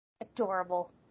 Adorable